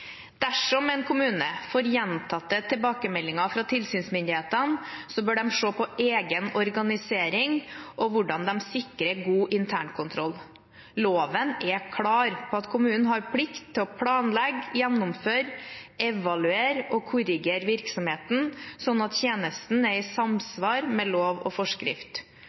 Dersom en kommune får gjentatte tilbakemeldinger fra tilsynsmyndighetene, bør de se på egen organisering og hvordan de sikrer god internkontroll. Loven er klar på at kommunen har plikt til å planlegge, gjennomføre, evaluere og korrigere virksomheten slik at tjenestene er i samsvar med lov og forskrift.